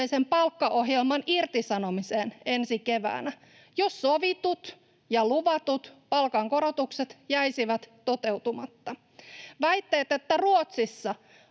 palkkaohjelman irtisanomiseen ensi keväänä, jos sovitut ja luvatut palkankorotukset jäisivät toteutumatta. Väitteet, että Ruotsissa